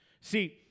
See